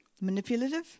manipulative